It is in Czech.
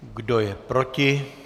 Kdo je proti?